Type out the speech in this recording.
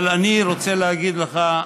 אבל אני רוצה להגיד לך,